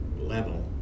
level